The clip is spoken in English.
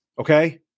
okay